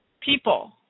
people